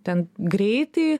ten greitai